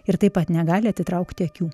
ir taip pat negali atitraukti akių